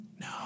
No